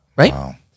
Right